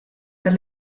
per